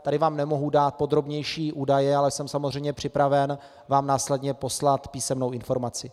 Tady vám nemohu dát podrobnější údaje, ale jsem samozřejmě připraven vám následně poslat písemnou informaci.